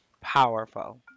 Powerful